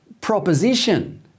proposition